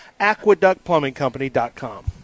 Aqueductplumbingcompany.com